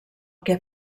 que